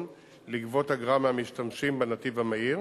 לגבות אגרה מהמשתמשים בנתיב המהיר.